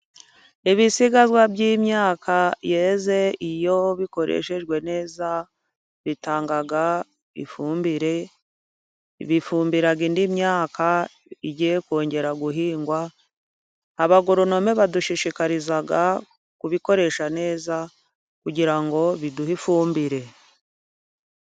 Ibisigazwa by'imyaka yeze iyo bikoreshejwe neza bitanga ifumbire, bifumbira indi myaka igiye kongera guhingwa. Abagoronome badushishikariza kubikoresha neza kugira ngo biduhe ifumbire.